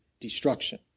destruction